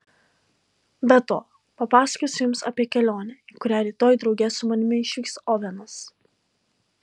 be to papasakosiu jums apie kelionę į kurią rytoj drauge su manimi išvyks ovenas